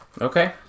Okay